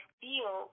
feel